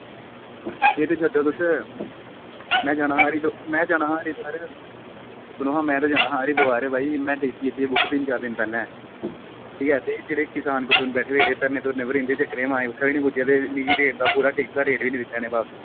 एह् ते छड्डो तुस में जाना हा हरि में जाना हा हरिद्वार सुनो में ते जाना हा हरिद्वार भाई में टिकट बुक कीती तिन चार दिन पैह्लें ठीक ऐ ते एह् जेह्के करसान कुरसान बैठे दे धरनें उप्पर इं'दे चक्करें च माय ते उत्थें निं पुज्जे ते मिगी रेट दा पूरा टिकट दा रेट निं दित्ता पूरा बापस